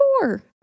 four